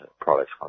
products